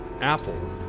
Apple